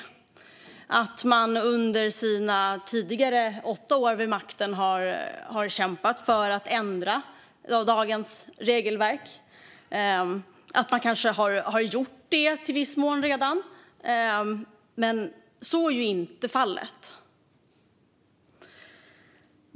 Man kan tro att de under sina tidigare åtta år vid makten har kämpat för att ändra dagens regelverk och kanske i viss mån redan har gjort det, men så är ju inte fallet.